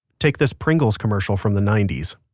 take this pringles commercial from the ninety s